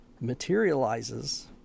materializes